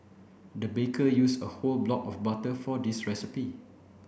the baker used a whole block of butter for this recipe